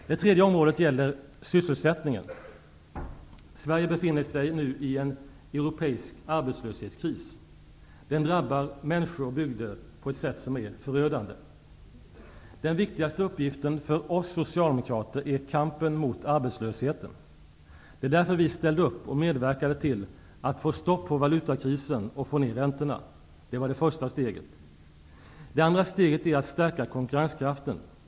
Det tredje området gäller sysselsättningen. Sverige befinner sig nu i en europeisk arbetslöshetskris. Den drabbar människor och bygder på ett sätt som är förödande. Den viktigaste uppgiften för oss socialdemokrater är kampen mot arbetslösheten. -- Det var därför vi ställde upp och medverkade till att få stopp på valutakrisen och få ner räntorna. Det var det första steget. -- Det andra steget är att stärka konkurrenskraften.